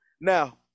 Now